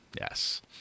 Yes